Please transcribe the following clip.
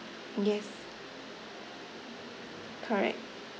yes correct